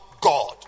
God